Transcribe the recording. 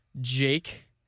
Jake